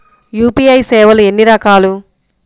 UPI సేవలు ఎన్నిరకాలు?